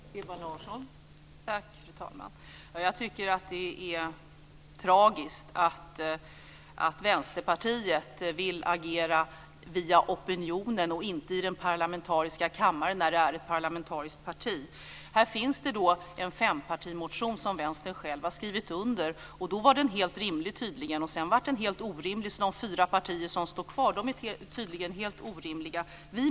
Fru talman! Jag tycker att det är tragiskt att man vill agera via opinionen och inte i kammaren, där Vänsterpartiet är ett parti. Det finns en fempartimotion som Vänstern själv har skrivit under. När man gjorde det var motionen tydligen helt rimlig. Sedan blev den helt orimlig. De fyra partier som står kvar är tydligen också helt orimliga.